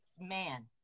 man